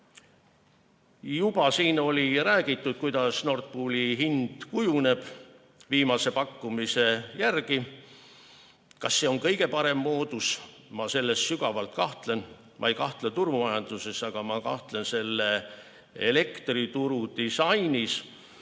juba on räägitud, kuidas Nord Pooli hind kujuneb viimase pakkumise järgi. Kas see on kõige parem moodus? Ma selles sügavalt kahtlen. Ma ei kahtle turumajanduses, aga ma kahtlen selle elektrituru disainis.